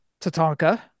Tatanka